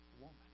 woman